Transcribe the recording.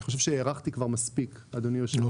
הארכתי כבר מספיק, אדוני היושב-ראש.